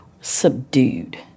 subdued